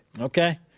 Okay